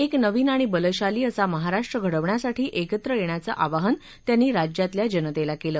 एक नवीन आणि बलशाली असा महाराष्ट्र घडवण्यासाठी एकत्र येण्याचं आवाहन त्यांनी राज्यातल्या जनतेला केलं